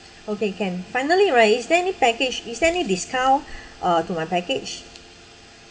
okay can finally right is there any package is any discount uh to my package